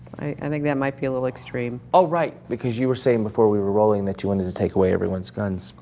i think that might be a little extreme. oh right, because you were saying before we were rolling that you wanted to take away everyone's guns.